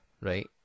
right